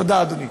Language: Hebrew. תודה, אדוני.